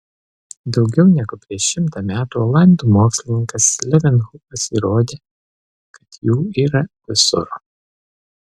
daugiau negu prieš šimtą metų olandų mokslininkas levenhukas įrodė kad jų yra visur